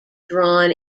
drawn